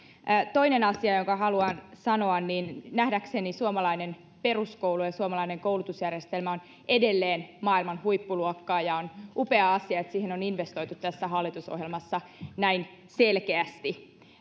toinen asia jonka haluan sanoa on että nähdäkseni suomalainen peruskoulu ja suomalainen koulutusjärjestelmä ovat edelleen maailman huippuluokkaa ja on upea asia että siihen on investoitu tässä hallitusohjelmassa näin selkeästi